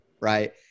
Right